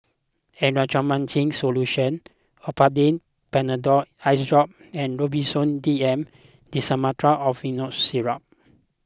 Erythroymycin Solution Olopatadine Patanol Eyedrop and Robitussin D M Dextromethorphan Syrup